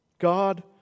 God